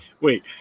Wait